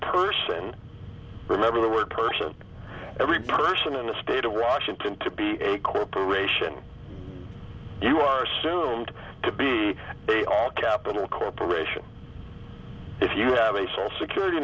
person remember the word person every person in the state of washington to be a corporation you are soon to be a all capital corporation if you have a social security